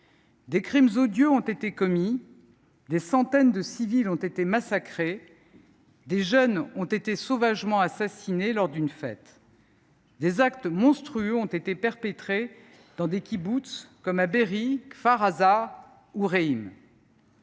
Des crimes odieux ont été commis. Des centaines de civils ont été massacrés. Des jeunes ont été sauvagement assassinés lors d’une fête. Des actes monstrueux ont été perpétrés dans des kibboutz, comme à Be’eri, Kfar Aza ou Réim.